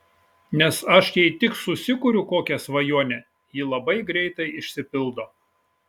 nes aš jei tik susikuriu kokią svajonę ji labai greitai išsipildo